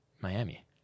Miami